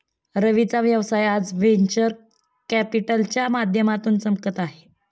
रवीचा व्यवसाय आज व्हेंचर कॅपिटलच्या माध्यमातून चमकत आहे